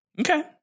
Okay